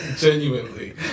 Genuinely